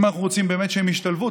אם אנחנו רוצים באמת שהם ישתלבו,